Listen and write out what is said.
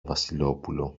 βασιλόπουλο